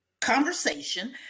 conversation